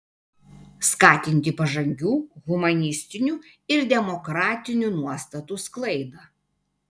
skatinti pažangių humanistinių ir demokratinių nuostatų sklaidą